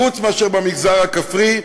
חוץ מאשר במגזר הכפרי,